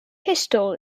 pistol